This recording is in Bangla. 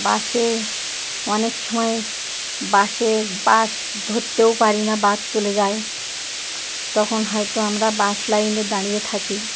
বাসে অনেক সময় বাসে বাস ধরতেও পারি না বাদ চলে যায় তখন হয়তো আমরা বাস লাইনে দাঁড়িয়ে থাকি